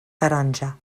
taronja